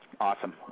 Awesome